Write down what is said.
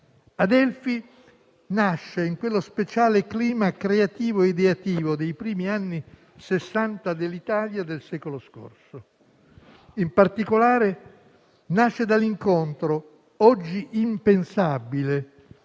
Adelphi nasce in quello speciale clima creativo e ideativo dei primi anni Sessanta dell'Italia del secolo scorso. In particolare, nasce dall'incontro, oggi impensabile,